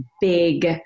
big